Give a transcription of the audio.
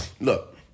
Look